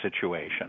situation